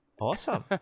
Awesome